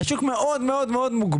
השוק הזה מאוד מאוד מוגבל.